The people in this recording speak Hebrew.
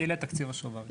להגדיל את תקציב השוברים.